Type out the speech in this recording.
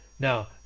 Now